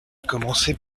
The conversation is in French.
commencer